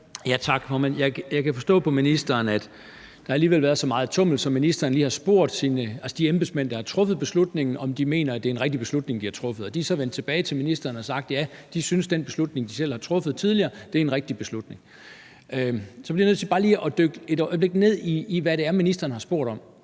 Dahl (DF): Tak, formand. Jeg kan forstå på ministeren, at der alligevel har været så meget tummel, at ministeren lige har spurgt de embedsmænd, der har truffet beslutningen, om de mener, at det er en rigtig beslutning, de har truffet. Og de er så vendt tilbage til ministeren og har sagt, at ja, de synes, at den beslutning, de selv har truffet tidligere, er en rigtig beslutning. Så bliver jeg bare lige et øjeblik nødt til at dykke ned i, hvad det er, ministeren har spurgt om.